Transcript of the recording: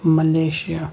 Malaysia